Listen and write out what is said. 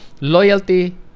Loyalty